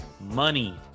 money